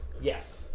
Yes